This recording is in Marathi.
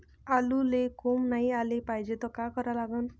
आलूले कोंब नाई याले पायजे त का करा लागन?